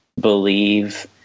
believe